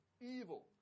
evil